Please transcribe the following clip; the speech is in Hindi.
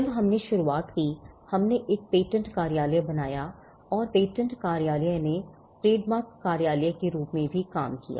जब हमने शुरुआत की हमने एक पेटेंट कार्यालय बनाया और पेटेंट कार्यालय ने ट्रेडमार्क कार्यालय के रूप में भी काम किया